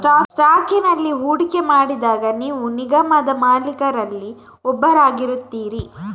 ಸ್ಟಾಕಿನಲ್ಲಿ ಹೂಡಿಕೆ ಮಾಡಿದಾಗ ನೀವು ನಿಗಮದ ಮಾಲೀಕರಲ್ಲಿ ಒಬ್ಬರಾಗುತ್ತೀರಿ